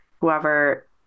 whoever